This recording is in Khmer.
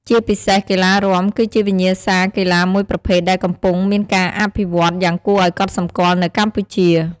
ជាពិសេសកីឡារាំ គឺជាវិញ្ញាសាកីឡាមួយប្រភេទដែលកំពុងមានការអភិវឌ្ឍន៍យ៉ាងគួរឱ្យកត់សម្គាល់នៅកម្ពុជា។